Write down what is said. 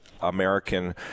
American